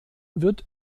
wird